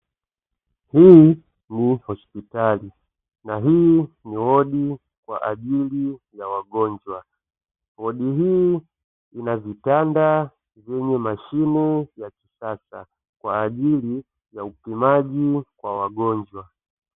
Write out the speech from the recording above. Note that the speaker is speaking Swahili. Hii ni hospitali na hii ni wodi kwa ajili ya wagonjwa, wodi hii ina vitanda vyenye mashine ya kisasa kwa ajili ya upimaji kwa wagonjwa.